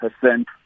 percent